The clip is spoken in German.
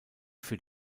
für